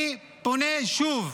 אני פונה שוב